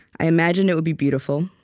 i imagined it would be beautiful.